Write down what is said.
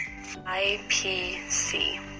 IPC